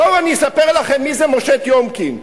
בואו אני אספר לכם מי זה משה טיומקין.